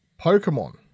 Pokemon